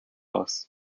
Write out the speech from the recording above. loss